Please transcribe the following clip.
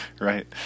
Right